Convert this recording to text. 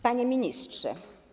Panie Ministrze!